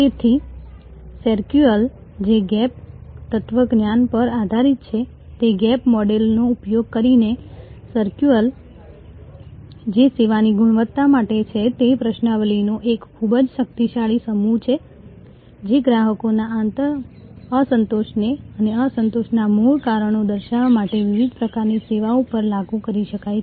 તેથી SERVQUAL જે gap તત્વજ્ઞાન પર આધારિત છે તે ગેપ મોડલનો ઉપયોગ કરીને SERVQUAL જે સેવાની ગુણવત્તા માટે છે તે પ્રશ્નાવલિનો એક ખૂબ જ શક્તિશાળી સમૂહ છે જે ગ્રાહકોના અસંતોષને અને અસંતોષના મૂળ કારણો દર્શાવવા માટે વિવિધ પ્રકારની સેવાઓ પર લાગુ કરી શકાય છે